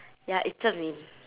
ya it's zhen min